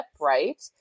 right